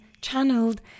channeled